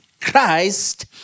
Christ